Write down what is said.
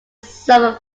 suffered